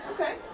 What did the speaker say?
Okay